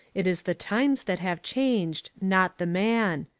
it is the times that have changed, not the man.